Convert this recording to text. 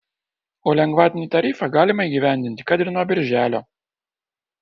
o lengvatinį tarifą galima įgyvendinti kad ir nuo birželio